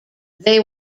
they